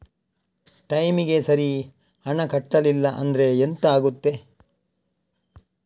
ಟೈಮಿಗೆ ಸರಿ ಹಣ ಕಟ್ಟಲಿಲ್ಲ ಅಂದ್ರೆ ಎಂಥ ಆಗುತ್ತೆ?